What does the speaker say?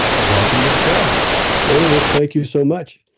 welcome to the show hey, well, thank you so much.